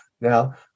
now